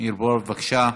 מאיר פרוש, בבקשה.